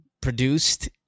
produced